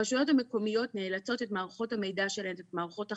הרשויות המקומיות נאלצות את מערכות המידע שלהן ואת מערכות החיוב,